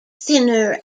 thinner